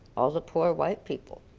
all the poor white people.